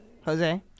Jose